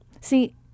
See